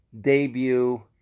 debut